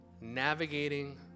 navigating